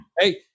Hey